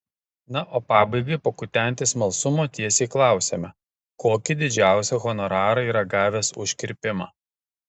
na o pabaigai pakutenti smalsumo tiesiai klausiame kokį didžiausią honorarą yra gavęs už kirpimą